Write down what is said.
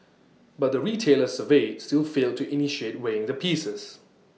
but the retailers surveyed still failed to initiate weighing the pieces